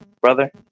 brother